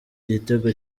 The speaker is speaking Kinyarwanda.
igitego